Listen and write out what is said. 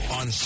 on